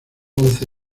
once